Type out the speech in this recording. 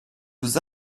vous